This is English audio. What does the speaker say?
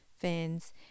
fans